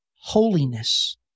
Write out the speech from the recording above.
holiness